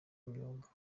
imyuga